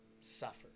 suffer